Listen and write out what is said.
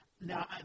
Now